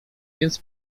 więc